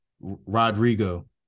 Rodrigo